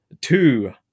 two